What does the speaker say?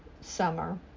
summer